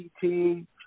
team